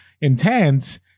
intense